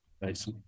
Nice